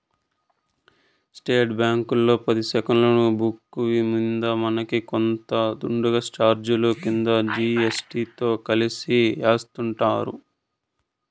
state బ్యాంకీలో పది సెక్కులున్న బుక్కు మింద మనకి కొంత దుడ్డుని సార్జిలు కింద జీ.ఎస్.టి తో కలిపి యాస్తుండారు